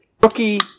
rookie